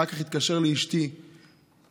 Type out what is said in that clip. אחר כך התקשר לאשתי וביקר,